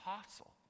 apostle